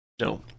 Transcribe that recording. No